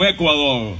Ecuador